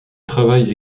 travaille